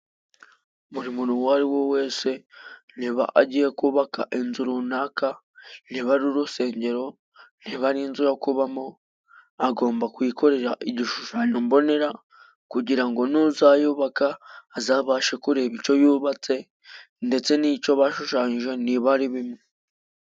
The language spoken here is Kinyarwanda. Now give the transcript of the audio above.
Buri muntu uwo ariwo wese, niba agiye kubaka inzu runaka, niba ari uri urusengero, niba ari inzu yo kubamo, agomba kuyikorera igishushanyo mbonera, kugira ngo n'uzayubaka azabashe kureba uko yubatse, ndetse n'icyo bashushanyije niba ari bimwe.